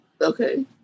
Okay